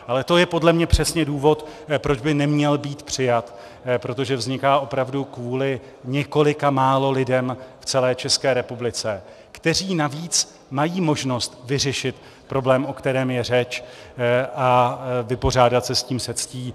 Ale to je podle mě přesně důvod, proč by neměl být přijat, protože vznikal opravdu kvůli několika málo lidem v celé České republice, kteří navíc mají možnost vyřešit problém, o kterém je řeč, a vypořádat se s tím se ctí.